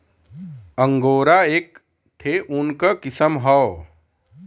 angora एक ठे ऊन क किसम हौ